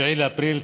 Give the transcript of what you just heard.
9 באפריל,